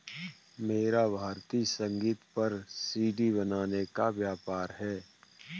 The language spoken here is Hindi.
मेरा भारतीय संगीत पर सी.डी बनाने का व्यापार है